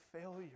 failure